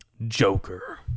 Joker